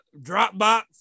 Dropbox